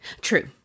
True